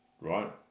right